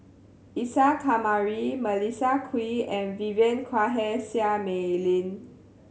Isa Kamari Melissa Kwee and Vivien Quahe Seah Mei Lin